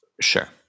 Sure